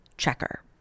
Checker